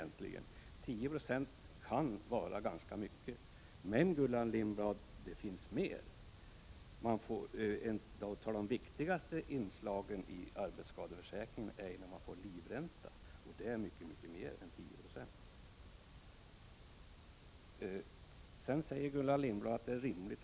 10 96 kan vara ganska mycket. Men, Gullan Lindblad, det finns mer. Ett av de viktigaste inslagen i arbetsskadeförsäkringen är livräntan, och det är mycket mer än 10 96.